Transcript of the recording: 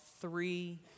three